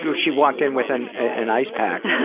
so she walked in with an an ice pack,